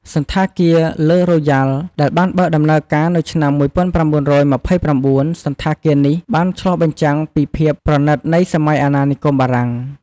សណ្ឋាគារ ឡឺ រូយ៉ាល់ ដែលបានបើកដំណើរការនៅឆ្នាំ ១៩២៩ សណ្ឋាគារនេះបានឆ្លុះបញ្ចាំងពីភាពប្រណីតនៃសម័យអាណានិគមបារាំង។